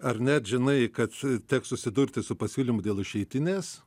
ar net žinai kad teks susidurti su pasiūlymu dėl išeitinės